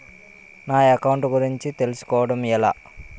నా అకౌంట్ గురించి తెలుసు కోవడం ఎలా?